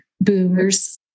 boomers